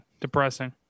Depressing